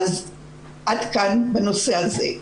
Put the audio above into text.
עד כאן בנושא הזה.